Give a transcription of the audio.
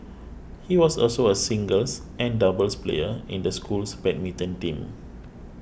he was also a singles and doubles player in the school's badminton team